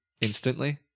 instantly